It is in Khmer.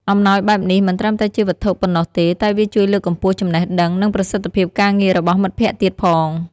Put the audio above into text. អំណោយបែបនេះមិនត្រឹមតែជាវត្ថុប៉ុណ្ណោះទេ តែវាជួយលើកកម្ពស់ចំណេះដឹង និងប្រសិទ្ធភាពការងាររបស់មិត្តភក្តិទៀតផង។